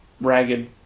ragged